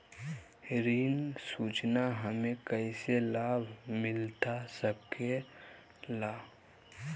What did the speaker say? ऋण सूचना हमें कैसे लाभ मिलता सके ला?